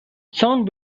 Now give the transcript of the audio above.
sounds